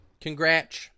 Congrats